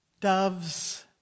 Doves